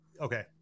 okay